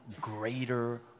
greater